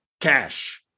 cash